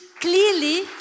clearly